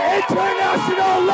international